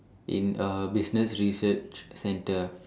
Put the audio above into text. in a business research centre